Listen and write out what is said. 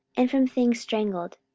and from things strangled,